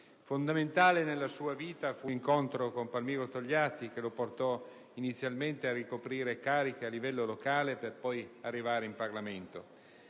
Fondamentale nella sua vita fu l'incontro con Palmiro Togliatti, che lo portò inizialmente a ricoprire cariche a livello locale, per poi arrivare in Parlamento.